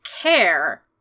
care